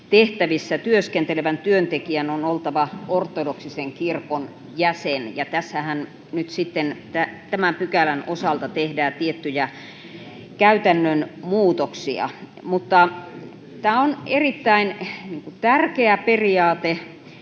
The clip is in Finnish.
tehtävissä työskentelevän työntekijän on oltava ortodoksisen kirkon jäsen, ja tässähän nyt sitten tämän pykälän osalta tehdään tiettyjä käytännön muutoksia. Tämä on erittäin tärkeä periaate.